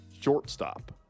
Shortstop